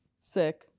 Sick